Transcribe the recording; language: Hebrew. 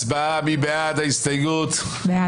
הצבעה ההסתייגות לא התקבלה.